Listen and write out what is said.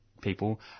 people